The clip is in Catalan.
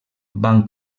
van